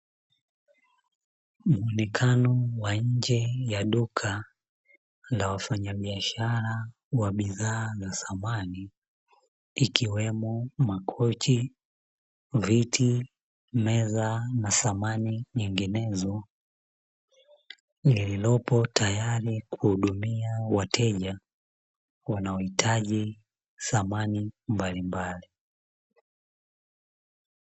Muonekano wa nje ya duka la wafanya biashara wa bidhaa za samani ikiwemo makochi, viti, meza na samani nyinginezo, lililotayari kuhudumia wateja wanaohitaji samani mbalimbali.